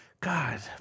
God